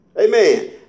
Amen